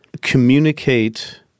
communicate